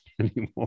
anymore